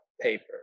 paper